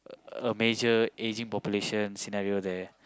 a major ageing population scenario there